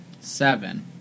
Seven